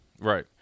right